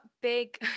big